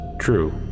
true